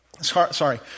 sorry